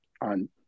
on